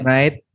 Right